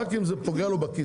רק אם זה פוגע לו בכיס.